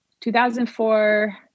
2004